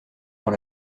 dans